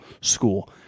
school